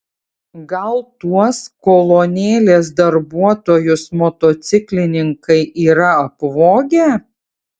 gal tuos kolonėlės darbuotojus motociklininkai yra apvogę